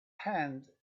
hand